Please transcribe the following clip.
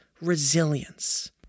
resilience